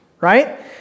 right